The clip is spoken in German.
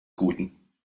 guten